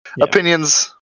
Opinions